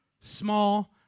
small